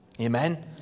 Amen